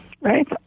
right